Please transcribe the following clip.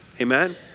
Amen